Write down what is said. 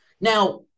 Now